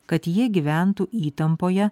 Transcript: kad jie gyventų įtampoje